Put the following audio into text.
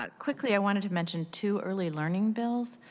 ah quickly, i wanted to mention two early learning bills.